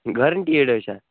guaranteed حظ چھا